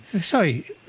Sorry